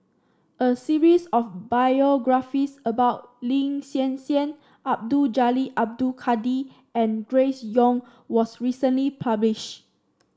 a series of biographies about Lin Hsin Hsin Abdul Jalil Abdul Kadir and Grace Young was recently publish